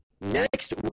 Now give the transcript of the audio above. Next